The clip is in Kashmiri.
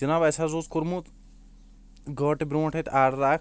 جناب اسہِ حض اوس کوٚرمُت گٲنٹہٕ برونٛٹھ اتہِ آرڈر اکھ